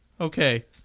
okay